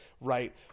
right